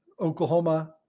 Oklahoma